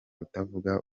utavuga